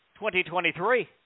2023